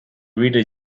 reader